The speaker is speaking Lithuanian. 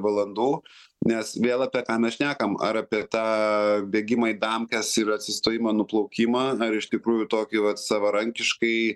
valandų nes vėl apie ką mes šnekam ar apie tą bėgimą į damkes ir atsistojimą nuplaukimą ar iš tikrųjų tokį vat savarankiškai